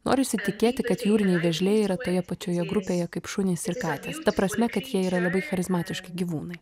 norisi tikėti kad jūriniai vėžliai yra toje pačioje grupėje kaip šunys ir katės ta prasme kad jie yra labai charizmatiški gyvūnai